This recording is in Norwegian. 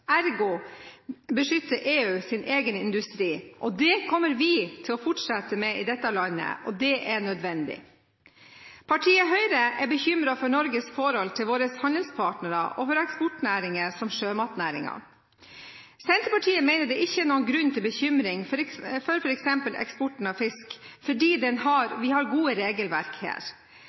beskytter EU sin egen industri, og det kommer også vi til å fortsette med i dette landet, og det er nødvendig. Partiet Høyre er bekymret for Norges forhold til våre handelspartnere og for eksportnæringer som sjømatnæringen. Senterpartiet mener det ikke er noen grunn til bekymring for f.eks. eksporten av fisk fordi vi har gode regelverk her.